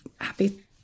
happy